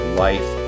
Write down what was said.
life